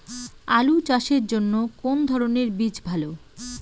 আলু চাষের জন্য কোন ধরণের বীজ ভালো?